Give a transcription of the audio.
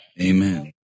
Amen